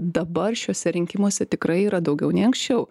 dabar šiuose rinkimuose tikrai yra daugiau nei anksčiau